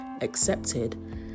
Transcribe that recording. accepted